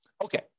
Okay